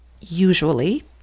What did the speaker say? usually